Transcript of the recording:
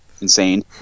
insane